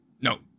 No